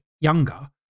younger